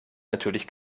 natürlich